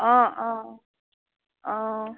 অঁ অঁ অঁ